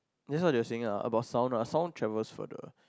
that's what they are saying lah about sound lah sound travels further